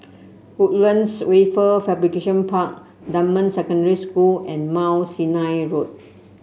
Woodlands Wafer Fabrication Park Dunman Secondary School and Mount Sinai Road